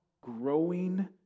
growing